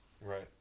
Right